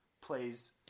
plays –